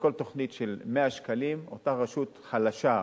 על כל תוכנית של 100 שקלים אותה רשות חלשה,